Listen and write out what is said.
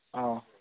ꯑꯧ